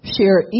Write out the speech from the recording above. Share